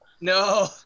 no